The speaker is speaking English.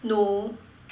no